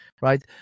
right